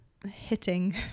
hitting